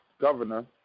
governor